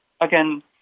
Again